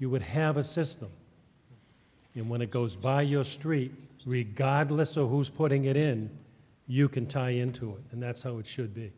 you would have a system and when it goes by your street regardless of who's putting it in you can tie into it and that's how it should be